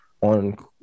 on